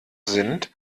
sind